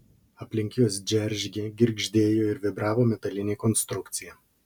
aplink juos džeržgė girgždėjo ir vibravo metalinė konstrukcija